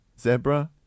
Zebra